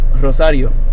Rosario